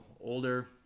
older